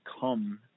come